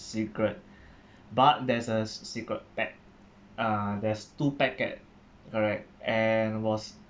cigarette but there's a cigarette pack uh there's two packet all right and was